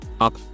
up